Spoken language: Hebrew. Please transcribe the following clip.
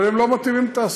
אבל הם לא מתאימים לתעשייה,